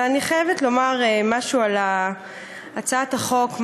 אבל אני חייבת לומר משהו על הצעת החוק,